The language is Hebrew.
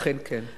אכן כן.